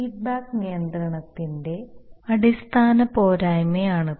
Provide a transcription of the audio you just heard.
feedback നിയന്ത്രണത്തിന്റെ അടിസ്ഥാന പോരായ്മയാണിത്